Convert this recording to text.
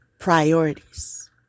Priorities